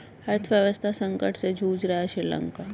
अर्थव्यवस्था संकट से जूझ रहा हैं श्रीलंका